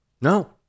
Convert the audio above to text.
no